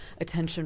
attention